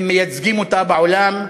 הם מייצגים אותה בעולם,